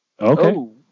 Okay